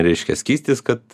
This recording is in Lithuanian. reiškia skystis kad